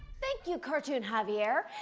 thank you, cartoon javier.